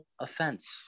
offense